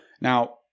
Now